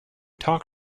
talk